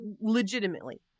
legitimately